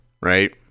right